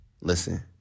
Listen